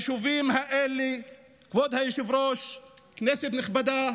כבוד היושב-ראש, כנסת נכבדה,